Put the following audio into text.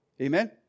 Amen